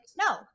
no